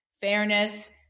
fairness